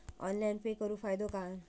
Online pay करुन फायदो काय?